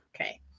okay